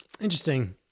Interesting